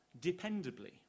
dependably